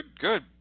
Good